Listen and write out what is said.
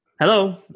hello